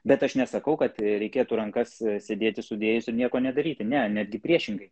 bet aš nesakau kad reikėtų rankas sėdėti sudėjus ir nieko nedaryti ne netgi priešingai